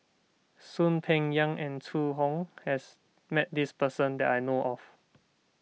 Soon Peng Yam and Zhu Hong has met this person that I know of